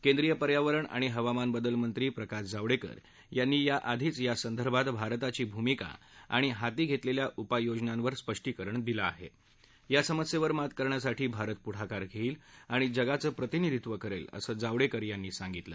क्रेंद्रीय पर्यावरण आणि हवामान बदल मंत्री प्रकाश जावडक्क्रि यांनी याआधीच यासंदर्भात भारताची भुमिका आणि हाती घर्तिस्खा उपाय योजनांवर स्पष्टीकरण दिलं आह आ समस्यधे मात करण्यासाठी भारत पुढाकार घडक्त आणि जगाचं प्रतिनिधीत्व करत्तअसं जावडक्तर यांनी सांगितलं